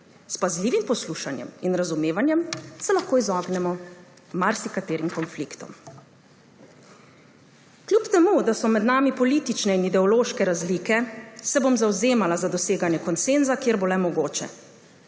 S pazljivim poslušanjem in razumevanjem se lahko izognemo marsikaterim konfliktom. Kljub temu da so med nami politične in ideološke razlike, se bom zavzemala za doseganje konsenza, kjer bo le mogoče.